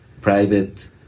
private